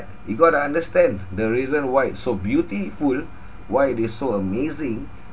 you got to understand the reason why it's so beautiful why it is so amazing